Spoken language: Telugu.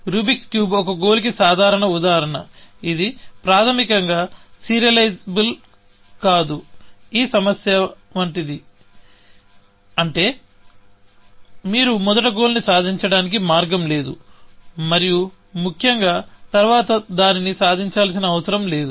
రూబిక్స్ క్యూబ్ ఒక గోల్ కి సాధారణ ఉదాహరణ ఇది ప్రాథమికంగా సీరియబుల్ కాదు ఈ సమస్య వంటిది అంటే మీరు మొదటి గోల్ ని సాధించడానికి మార్గం లేదు మరియు ముఖ్యంగా తరువాత దానిని సాధించాల్సిన అవసరం లేదు